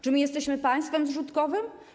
Czy my jesteśmy państwem zrzutkowym?